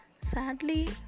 Sadly